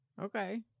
Okay